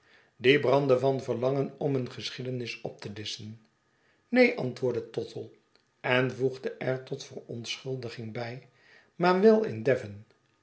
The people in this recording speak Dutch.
die brand de van verlangen om een geschiedenis op te disschen neen antwoordde tottle en voegde er tot verontschuldiging bij maar wel in